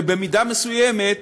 ובמידה מסוימת